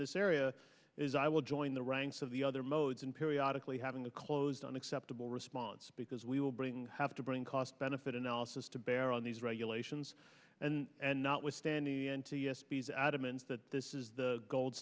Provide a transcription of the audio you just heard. this area is i will join the ranks of the other modes and periodically having a closed on acceptable response because we will bring have to bring cost benefit analysis to bear on these regulations and not withstanding the n t s b is adamant that this is the gold